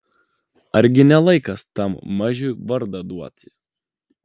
argi ne laikas tam mažiui vardą duoti